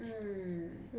mm